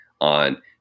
on